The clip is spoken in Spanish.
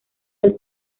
del